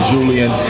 Julian